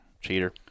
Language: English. cheater